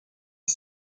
est